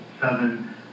seven